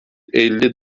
elli